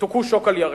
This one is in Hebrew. הזמן שלו עבר.